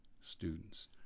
students